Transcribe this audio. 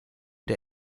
der